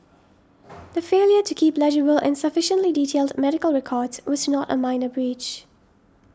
the failure to keep legible and sufficiently detailed medical records was not a minor breach